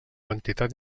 quantitat